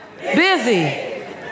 Busy